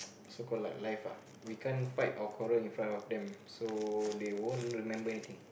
so called like life ah we can't fight or quarrel in front of them so they won't remember anything